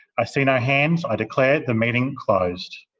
i see no hands. i declare the meeting closed.